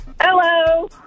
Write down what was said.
Hello